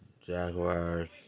Jaguars